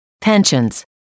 pensions